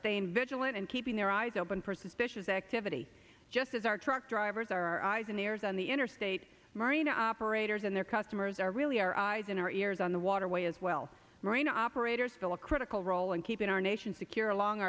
staying vigilant and keeping their eyes open for suspicious activity just as our truck drivers our eyes and ears on the interstate marine operators and their customers are really our eyes and our ears on the waterway as well marina operators still a critical role in keeping our nation secure along